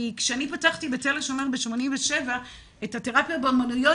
כשאני פתחתי בתל-השומר בשנת 87 את התרפיה באומנויות,